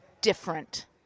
different